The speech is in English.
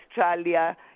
Australia